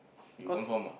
you confirm ah